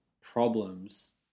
problems